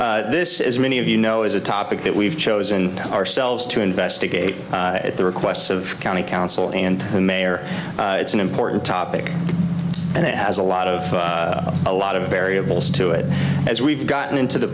this is as many of you know is a topic that we've chosen ourselves to investigate at the request of county council and the mayor it's an important topic and it has a lot of a lot of variables to it as we've gotten into the